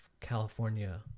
California